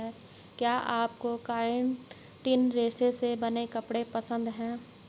क्या आपको काइटिन रेशे से बने कपड़े पसंद है